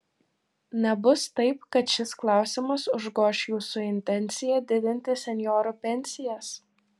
nebus taip kad šis klausimas užgoš jūsų intenciją didinti senjorų pensijas